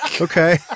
Okay